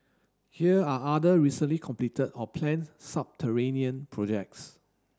here are other recently completed or planned subterranean projects